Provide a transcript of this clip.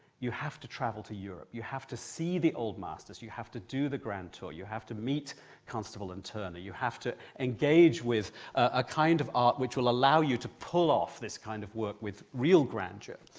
you have to travel to europe, you have to see the old masters, you have to do the grand tour, you have to meet constable and turner, you have to engage with a kind of art which will allow you to pull off this kind of work with real grandeur.